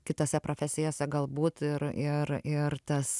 kitose profesijose galbūt ir ir ir tas